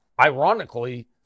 ironically